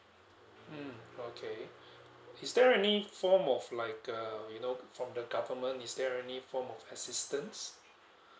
mm okay is there any form of like err you know from the government is there any form of assistance